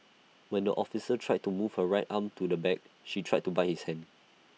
when the officer tried to move her right arm to the back she tried to bite his hand